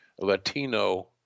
Latino